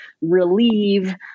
relieve